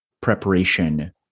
preparation